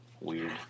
weird